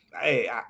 hey